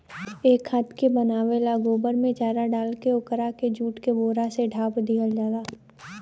ए खाद के बनावे ला गोबर में चेरा डालके ओकरा के जुट के बोरा से ढाप दिहल जाला